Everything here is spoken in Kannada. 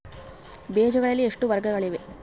ಬೇಜಗಳಲ್ಲಿ ಎಷ್ಟು ವರ್ಗಗಳಿವೆ?